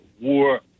War